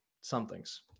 somethings